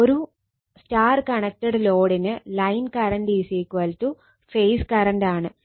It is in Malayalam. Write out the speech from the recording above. ഒരു Y കണക്റ്റഡ് ലോഡിന് ലൈൻ കറണ്ട് ഫേസ് കറണ്ട് ആണ്